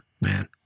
man